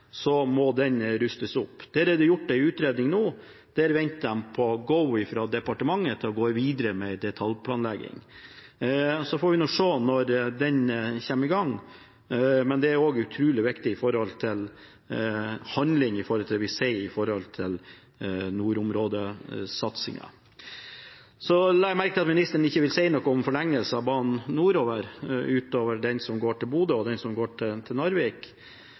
Så får vi nå se når den kommer i gang, men det er også utrolig viktig når det gjelder handling, og når det gjelder det man sier om nordområdesatsingen. Så la jeg merke til at ministeren ikke ville si noe om forlengelsen av banene nordover, utover den som går til Bodø, og den som går til Narvik.